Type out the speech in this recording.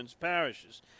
Parishes